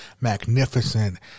magnificent